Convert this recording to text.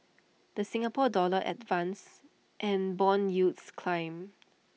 the Singapore dollar advanced and Bond yields climbed